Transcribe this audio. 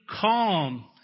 calm